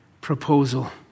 proposal